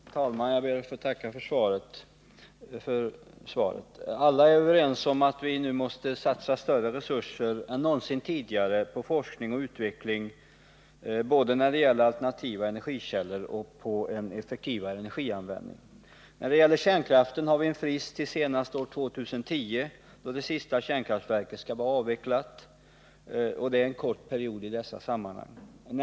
Fru talman! Jag ber att få tacka för svaret. Alla är överens om att vi nu måste satsa större resurser än någonsin tidigare på forskning och utveckling både när det gäller alternativa energikällor och när det gäller en effektivare energianvändning. I fråga om kärnkraften har vi en frist till senast år 2010, då det sista kärnkraftverket skall vara avvecklat, och det är en kort period i dessa sammanhang.